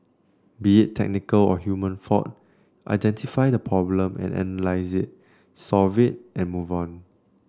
be it technical or human fault identify the problem and analyse it solve it and move on